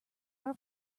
our